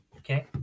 Okay